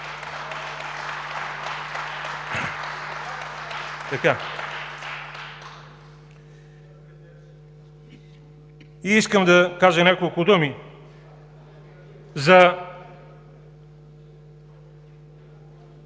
И искам да кажа няколко думи за